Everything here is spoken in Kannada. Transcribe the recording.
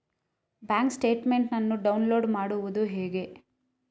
ಬ್ಯಾಂಕ್ ಸ್ಟೇಟ್ಮೆಂಟ್ ಅನ್ನು ಡೌನ್ಲೋಡ್ ಮಾಡುವುದು ಹೇಗೆ?